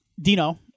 Dino